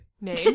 name